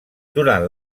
durant